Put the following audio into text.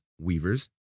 weavers